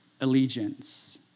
allegiance